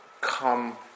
come